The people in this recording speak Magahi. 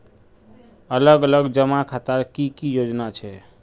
अलग अलग जमा खातार की की योजना छे?